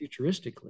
futuristically